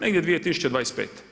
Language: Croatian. Negdje 2025.